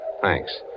Thanks